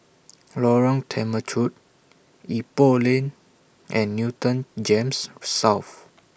Lorong Temechut Ipoh Lane and Newton Gems South